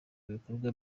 bikorwa